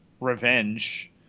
revenge